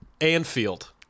Anfield